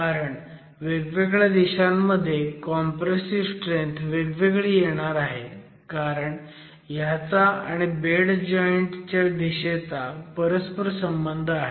कारण वेगवेगळ्या दिशांमध्ये कॉम्प्रेसिव्ह स्ट्रेंथ वेगवेगळी येणार आहे कारण ह्याचा आणि बेड जॉईंट च्या दिशेचा परस्परसंबंध आहे